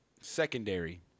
secondary